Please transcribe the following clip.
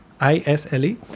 I-S-L-E